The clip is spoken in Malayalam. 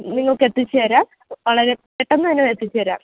നിങ്ങൾക്ക് എത്തിച്ചു തരാം വളരെ പെട്ടെന്ന്തന്നെ എത്തിച്ചു തരാം